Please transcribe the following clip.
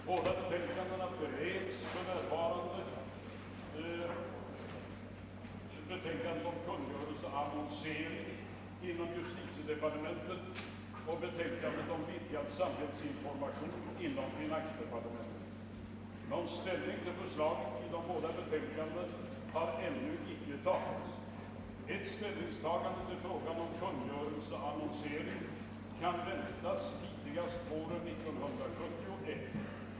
Båda betänkandena bereds för närvarande, betänkandet om kungörelseannonsering inom justitiedepartementet och betänkandet om vidgad samhällsinformation inom finansdepartementet. Någon ställning till förslagen i de båda betänkandena har ännu inte tagits. Ett ställningstagande till frågan om kungörelseannonsering kan väntas tidigast våren 1971.